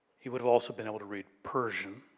he would have also been able to read persian.